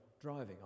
driving